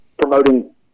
promoting